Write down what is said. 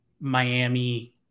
Miami